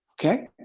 okay